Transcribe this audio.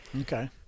Okay